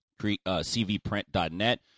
cvprint.net